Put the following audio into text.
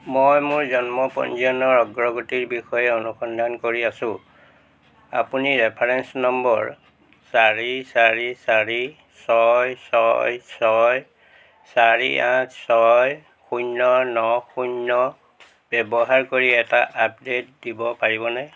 মই মোৰ জন্ম পঞ্জীয়নৰ অগ্ৰগতিৰ বিষয়ে অনুসন্ধান কৰি আছো আপুনি ৰেফাৰেন্স নম্বৰ চাৰি চাৰি চাৰি ছয় ছয় ছয় চাৰি আঠ ছয় শূন্য ন শূন্য ব্যৱহাৰ কৰি এটা আপডেট দিব পাৰিবনে